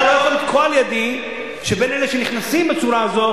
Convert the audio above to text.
ואתה לא יכול לתקוע לידי שבין אלה שנכנסים בצורה הזאת